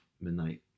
midnight